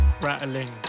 Rattling